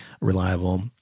reliable